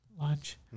lunch